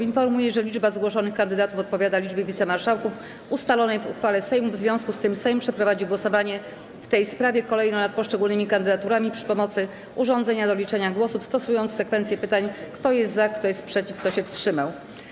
Informuję, że liczba zgłoszonych kandydatów odpowiada liczbie wicemarszałków ustalonej w uchwale Sejmu, w związku z tym Sejm przeprowadzi głosowanie w tej sprawie kolejno nad poszczególnymi kandydaturami za pomocą urządzenia do liczenia głosów, stosując sekwencję pytań: kto jest za, kto jest przeciw, kto się wstrzymał.